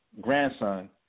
grandson